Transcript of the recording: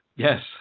Yes